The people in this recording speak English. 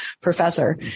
professor